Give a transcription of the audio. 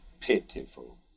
pitiful